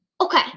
okay